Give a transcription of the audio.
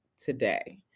today